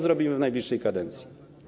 Zrobimy to w najbliższej kadencji.